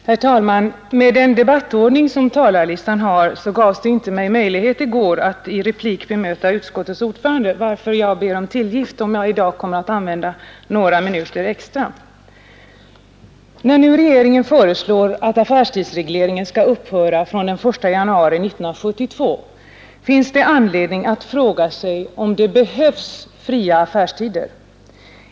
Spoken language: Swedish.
Herr talman! Med den debattordning som vi har gavs det mig inte möjlighet i går att i replik bemöta utskottets ordförande, varför jag ber om tillgift om jag i dag kommer att använda några minuter extra. När nu regeringen föreslår att affärstidsregleringen skall upphöra fr.o.m. den 1 januari 1972, finns det anledning att fråga sig om det behövs fria affärstider.